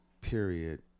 period